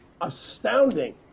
astounding